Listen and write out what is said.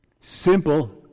simple